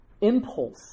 impulse